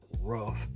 rough